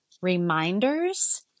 reminders